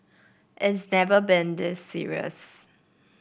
it's never been this serious